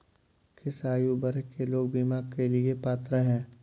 किस आयु वर्ग के लोग बीमा के लिए पात्र हैं?